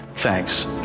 Thanks